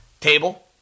table